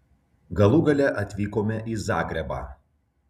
galų gale atvykome į zagrebą